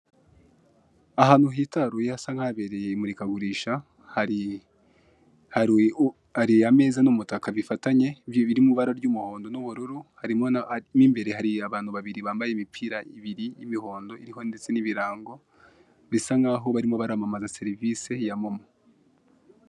Ahantu hitaruye hasa nk'ahabereye imurikagurisha hari ameza n'umutaka bifatanye biri mu ibara ry'umuhondo n'ubururu, harimo n'imbere abantu babiri bambaye imipira ibiri y'imihondo iriho ndetse n'ibirango bisa nkaho barimo baramamaza serivisi ya momo.